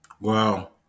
wow